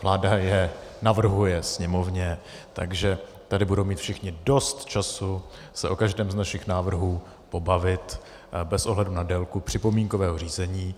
Vláda je navrhuje Sněmovně, takže tady budou mít všichni dost času se o každém z našich návrhů pobavit bez ohledu na délku připomínkového řízení.